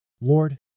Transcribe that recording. Lord